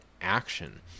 action